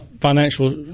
financial